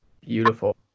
Beautiful